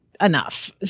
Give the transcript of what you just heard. enough